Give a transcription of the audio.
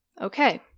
Okay